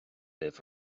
libh